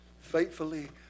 Faithfully